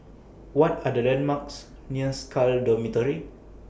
What Are The landmarks near Scal Dormitory